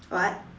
what